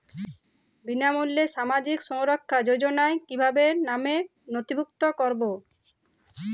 বিনামূল্যে সামাজিক সুরক্ষা যোজনায় কিভাবে নামে নথিভুক্ত করবো?